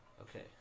Okay